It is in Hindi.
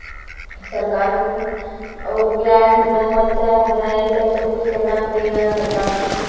सरकार को और प्याज़ हो गया मर्चा हो गया ए सब सब कुछ करना पड़ेगा सरकार को